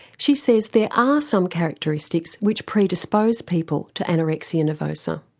she says there are some characteristics which predispose people to anorexia nervosa.